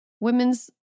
women's